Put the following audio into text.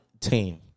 team